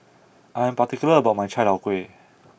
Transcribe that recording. I am particular about my Chai Tow Kway